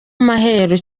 maheru